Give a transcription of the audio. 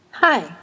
Hi